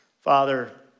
Father